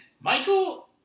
Michael